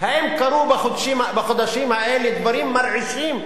האם קרו בחודשים האלה דברים מרעישים,